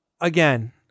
Again